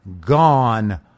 gone